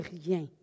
rien